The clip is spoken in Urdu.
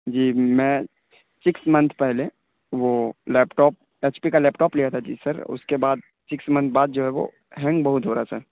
جی میں سکس منتھ پہلے وہ لیپ ٹاپ ایچ پی کا لیپ ٹاپ لیا تھا جی سر اس کے بعد سکس منتھ بعد جو ہے وہ ہینگ بہت ہو رہا سر